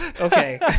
Okay